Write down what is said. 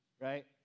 right